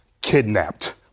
kidnapped